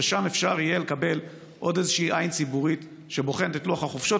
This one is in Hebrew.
ושם אפשר יהיה לקבל עוד איזושהי עין ציבורית שבוחנת את לוח החופשות,